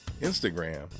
Instagram